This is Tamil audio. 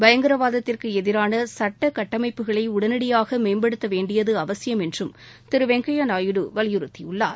பயங்கரவாதத்திற்கு எதிரான சுட்ட கட்டமைப்புகளை உடனடியாக மேம்படுத்த வேண்டியது அவசியம் என்றும் திரு வெங்கையா நாயுடு வலியுறத்தியுள்ளார்